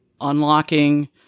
unlocking